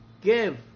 give